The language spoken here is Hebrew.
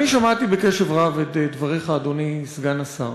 אני שמעתי בקשב רב את דבריך, אדוני, סגן השר,